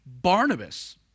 Barnabas